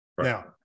Now